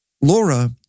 Laura